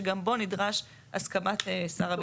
שגם בו נדרש הסכמת שר הביטחון.